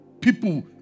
People